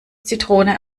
zitrone